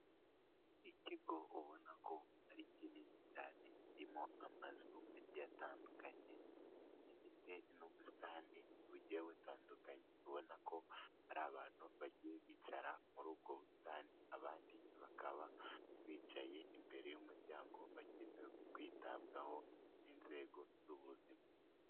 Ikigo ubona ko ari kinini cyane kirimo amazu agiye atandukanye, gifite n'ubusitani bugiye butandukanye, ubona ko hari abantu bagiye bicara muri ubwo busitani, abandi bakaba bicaye imbere y'umuryango bakeneye kwitabwaho n'inzego z'ubuzima.